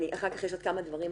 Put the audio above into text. אחר כך יש כמה דברים,